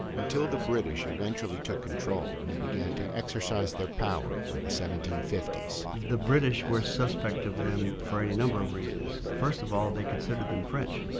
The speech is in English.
until the british eventually took control and began to exercise their power by the seventeen fifty s. the british were suspect of them for any number of reasons. first of all, they considered them french.